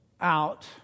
out